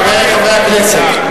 חברי הכנסת.